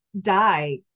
die